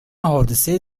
حادثه